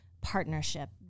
partnership